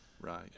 Right